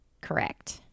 correct